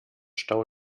stau